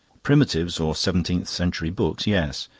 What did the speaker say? primitives or seventeenth-century books yes.